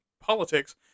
politics